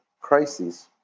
crises